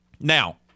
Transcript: Now